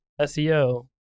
SEO